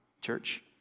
church